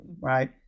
right